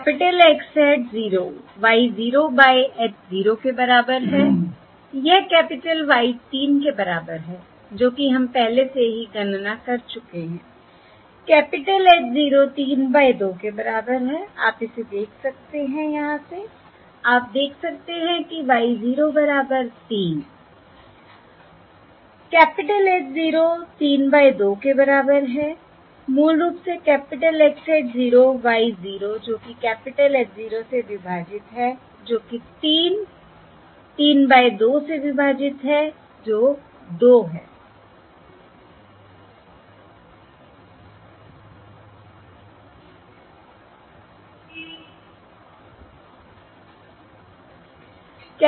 capital X hat 0 Y 0 by H 0 के बराबर है यह कैपिटल Y 3 के बराबर है जो कि हम पहले से ही गणना कर चुके हैं कैपिटल H 0 3 बाय 2 के बराबर है आप इसे देख सकते हैं यहाँ से आप देख सकते हैं कि Y 0 बराबर 3 कैपिटल H 0 3 बाय 2 के बराबर है मूल रूप से कैपिटल x hat 0 Y 0 जो कि कैपिटल H 0 से विभाजित है जो कि 3 3 बाय 2 से विभाजित है जो 2 है